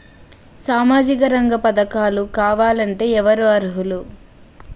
సామాజిక రంగ పథకాలు కావాలంటే ఎవరు అర్హులు?